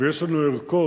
ויש לנו ערכות,